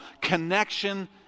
connection